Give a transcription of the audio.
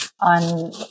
on